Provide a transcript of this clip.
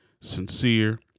sincere